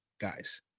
guys